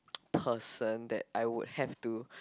person that I would have to